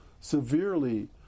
severely